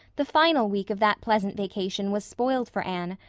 the final week of that pleasant vacation was spoiled for anne,